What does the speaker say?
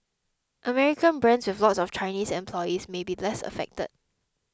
American brands with lots of Chinese employees may be less affected